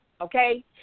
okay